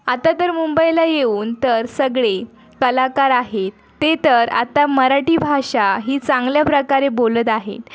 आता तर मुंबईला येऊन तर सगळे कलाकार आहेत ते तर आता मराठी भाषा ही चांगल्या प्रकारे बोलत आहेत